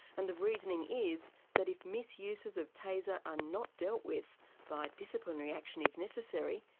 and the reasoning is, that if misuses of taser are not dealt with by disciplinary action if necessary,